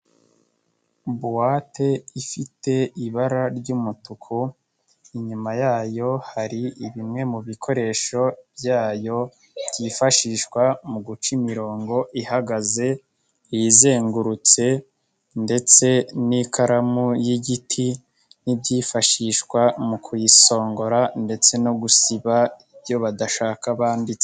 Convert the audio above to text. Buwate ifite ibara ry'umutuku inyuma yayo hari bimwe mu bikoresho byayo byifashishwa mu guca imirongo ihagaze, izengurutse ndetse n'ikaramu y'igiti n'ibyifashishwa mu kuyisongora ndetse no gusiba ibyo badashaka banditse.